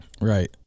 Right